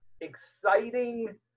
exciting